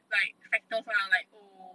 like factors lah like oh